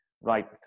right